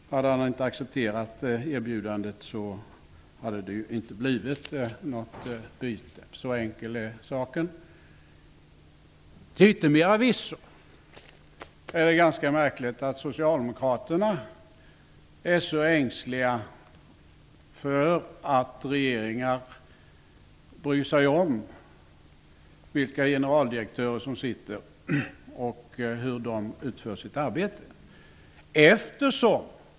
Hade Anders Sahlén inte accepterat erbjudandet, hade det inte blivit något chefsbyte. Så enkel var den saken. Till yttermera visso är det ganska märkligt att socialdemokraterna är så ängsliga för att regeringar bryr sig om vilka generaldirektörer som är tillsatta och hur de utför sitt arbete.